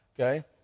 okay